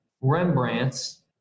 Rembrandts